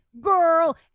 girl